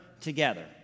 together